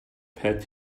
pat